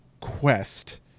quest